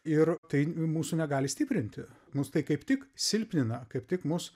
ir tai mūsų negali stiprinti mus tai kaip tik silpnina kaip tik mus